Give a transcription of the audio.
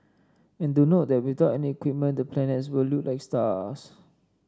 and do note that without any equipment the planets will look like stars